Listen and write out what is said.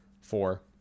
four